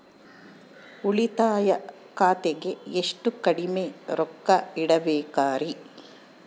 ಉಳಿತಾಯ ಖಾತೆಗೆ ಎಷ್ಟು ಕಡಿಮೆ ರೊಕ್ಕ ಇಡಬೇಕರಿ?